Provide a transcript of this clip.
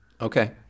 okay